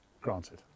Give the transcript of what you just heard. granted